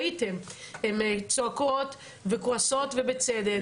ראיתן שהן צועקות וכועסות ובצדק.